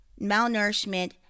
malnourishment